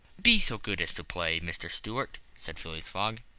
be so good as to play, mr. stuart, said phileas fogg.